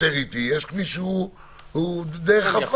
יש כביש שהוא יותר איטי ויש כביש שהוא דרך עפר.